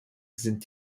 sind